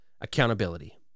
accountability